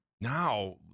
now